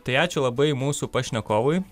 tai ačiū labai mūsų pašnekovui